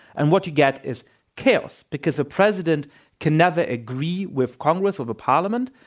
and what you get is chaos, because a president can never agree with congress or the parliament.